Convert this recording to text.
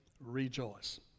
rejoice